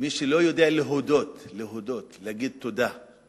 מי שלא יודע להודות, להגיד תודה,